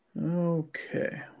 Okay